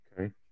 Okay